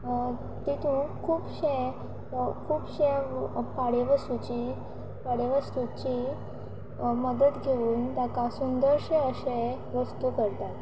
तितूंत खुबशे खुबशे वस्तूची वस्तूची मदत घेवन ताका सुंदरशे अशें वस्तू करतात